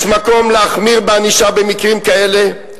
יש מקום להחמיר בענישה במקרים כאלה,